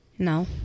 No